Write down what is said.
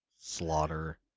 slaughter